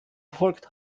verfolgt